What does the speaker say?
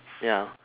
ya